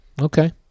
Okay